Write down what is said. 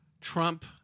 Trump